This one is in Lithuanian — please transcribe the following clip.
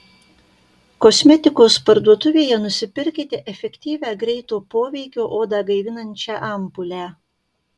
kosmetikos parduotuvėje nusipirkite efektyvią greito poveikio odą gaivinančią ampulę